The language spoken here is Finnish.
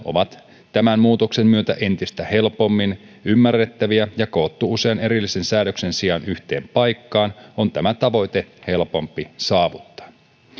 ovat tämän muutoksen myötä entistä helpommin ymmärrettäviä ja ne on koottu usean erillisen säädöksen sijaan yhteen paikkaan on tämä tavoite helpompi saavuttaa